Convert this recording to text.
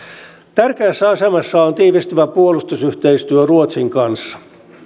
tärkeässä asemassa on tiivistyvä puolustusyhteistyö ruotsin kanssa